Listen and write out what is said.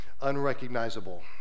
unrecognizable